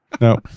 No